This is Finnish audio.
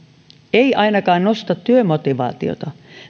ei ainakaan nosta työmotivaatiota